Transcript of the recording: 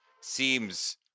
seems